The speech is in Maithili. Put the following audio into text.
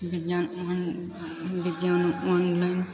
बिज्ञान ओहन बिज्ञान ऑनलाइन